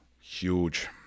Huge